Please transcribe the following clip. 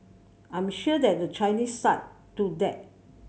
I am sure that the Chinese side do that